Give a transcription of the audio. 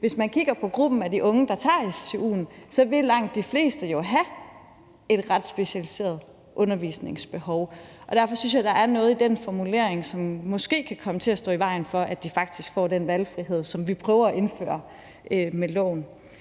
hvis man kigger på gruppen af de unge, der tager stu'en, vil man se, at langt de fleste jo vil have et ret specialiseret undervisningsbehov, og derfor synes jeg, der er noget i den formulering, som måske kan komme til at stå i vejen for, at de faktisk får den valgfrihed, som vi prøver at indføre med loven.